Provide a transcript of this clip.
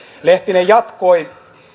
lehtinen jatkoi